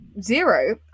Zero